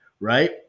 Right